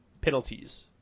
penalties